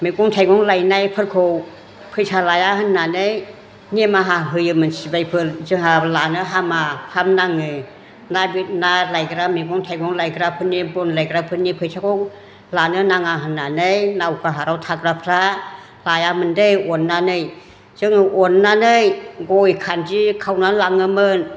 मैगं थाइगं लायनायफोरखौ फैसा लाया होननानै निमाहा होयोमोन सिबायफोर जोंहा लानो हामा फाप नाङो ना लायग्रा मैगं थाइगं लायग्राफोरनि बन लायग्राफोरनि फैसाखौ लानो नाङा होननानै नावकाहाराव थाग्राफ्रा लायामोन दै अननानै जोङो अननानै गय खान्दि खावनानै लाङोमोन